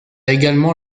également